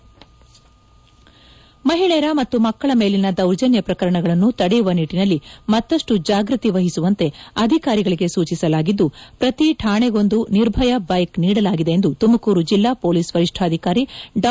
ಮಹಿಳೆಯರ ಮತ್ತು ಮಕ್ಕಳ ಮೇಲಿನ ದೌರ್ಜನ್ಯ ಪ್ರಕರಣಗಳನ್ನು ತಡೆಯುವ ನಿಟ್ಟಿನಲ್ಲಿ ಮತ್ತಷ್ಟು ಜಾಗ್ಬತಿ ವಹಿಸುವಂತೆ ಅಧಿಕಾರಿಗಳಿಗೆ ಸೂಚಿಸಲಾಗಿದ್ದು ಪ್ರತಿ ಠಾಣೆಗೊಂದು ನಿರ್ಭಯ ಬೈಕ್ ನೀಡಲಾಗಿದೆ ಎಂದು ತುಮಕೂರು ಜಿಲ್ಡಾ ಪೊಲೀಸ್ ವರಿಷ್ಣಾಧಿಕಾರಿ ಡಾ